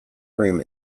cream